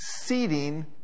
seating